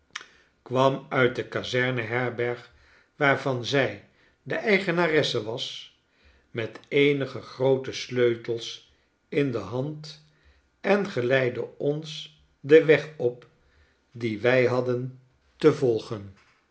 kwam uit de kazerne herberg waarvan zij de eigenaresse was met eenige groote sleutels in de hand en geleidde ons den weg op dien wij hadden tafereelen uit italie te volgen